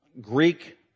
Greek